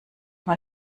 mal